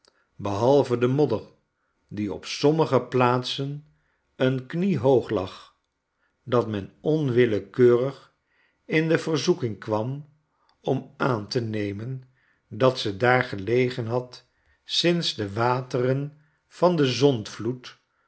behalve de modder die op sommige plaatsen een knie hoog lag dat men onwillekeurig in de verzoeking kwam om aan te nemen dat ze daar gelegen had sinds de wateren van den